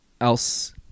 else